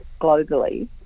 globally